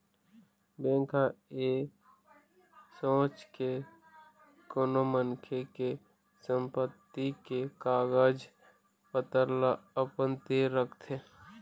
bank ह ऐ सोच के कोनो मनखे के संपत्ति के कागज पतर ल अपन तीर रखथे